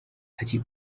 ati